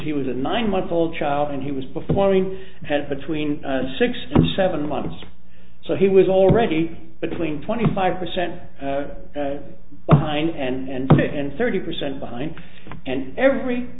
he was a nine month old child and he was performing had between six and seven months so he was already between twenty five percent behind and it and thirty percent behind and every